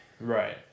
Right